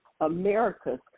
Americas